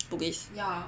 Bugis